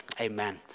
Amen